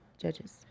judges